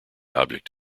object